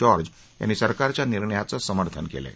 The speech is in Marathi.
जॉर्ज यांनी सरकारच्या निर्णयाचं समर्थन केलं आहे